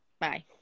Bye